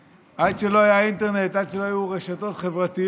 עד שלא היה אינטרנט, עד שלא היו רשתות חברתיות,